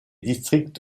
districts